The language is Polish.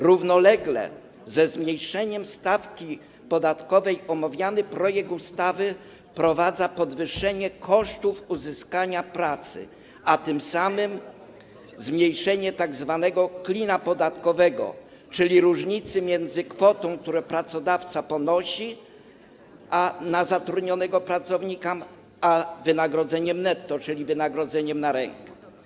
Równolegle ze zmniejszeniem stawki podatkowej omawiany projekt ustawy wprowadza podwyższenie kosztów uzyskania przychodów, a tym samym zmniejszenie tzw. klina podatkowego, czyli różnicy między kwotą, którą pracodawca wydatkuje na zatrudnionego pracownika, a wynagrodzeniem netto, czyli wynagrodzeniem na rękę.